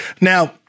Now